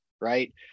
right